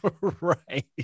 Right